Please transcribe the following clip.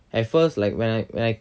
at first when I when I